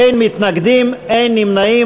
אין מתנגדים, אין נמנעים.